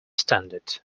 standard